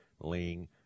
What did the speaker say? ling